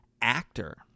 actor